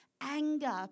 anger